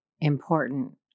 important